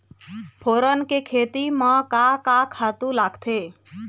फोरन के खेती म का का खातू लागथे?